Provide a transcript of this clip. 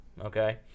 okay